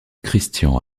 christian